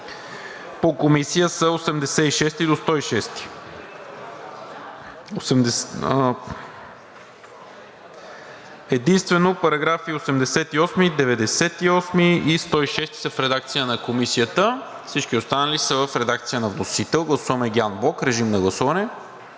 по Комисия са § 86 до § 106. Единствено параграфи 88, 98 и 106 са в редакция на Комисията, всички са останали са в редакция на вносителя. Гласуваме ги анблок. Режим на гласуване.